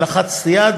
אני לחצתי יד,